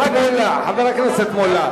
חבר הכנסת מולה.